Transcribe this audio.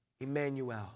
Emmanuel